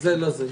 זה לזה.